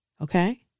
okay